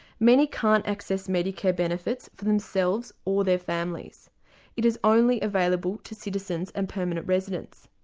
many can't access medicare benefits for themselves or their families it is only available to citizens and permanent residents.